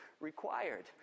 required